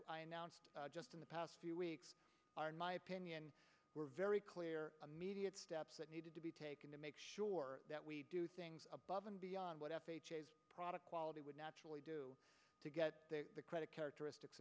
announced just in the past few weeks are in my opinion were very clear immediate steps that needed to be taken to make sure that we do things above and beyond whatever product quality would naturally do to get the credit characteristics